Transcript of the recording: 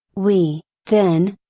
we, then,